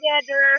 together